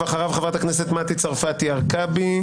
ואחריו חברת הכנסת מטי צרפתי הרכבי.